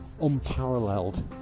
unparalleled